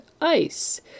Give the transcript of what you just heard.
Ice